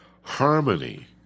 Harmony